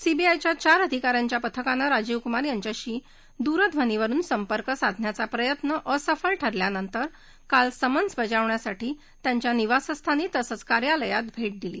सीबीआयच्या चार अधिका यांच्या पथकानं राजीव कुमार यांच्याशी दूरध्वनीवरुन संपर्क साधण्याचा प्रयत्न असफल ठरल्यानंतर काल समन्स बजावण्यासाठी त्यांच्या निवासस्थानी आणि कार्यालयात भे दिली